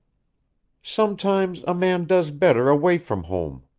sometimes a man does better away from home.